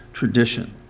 tradition